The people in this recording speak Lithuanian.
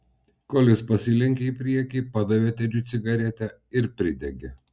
kolis pasilenkė į priekį padavė tedžiui cigaretę ir pridegė